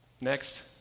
next